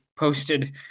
posted